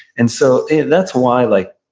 and so and that's why like